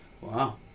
wow